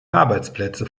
arbeitsplätze